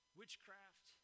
witchcraft